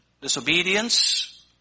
disobedience